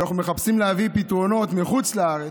ואנחנו מחפשים להביא פתרונות מחוץ לארץ,